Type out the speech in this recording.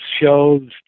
shows